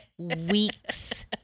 weeks